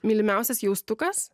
mylimiausias jaustukas